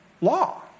law